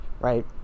right